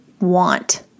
want